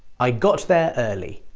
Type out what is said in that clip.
i got there early